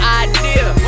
idea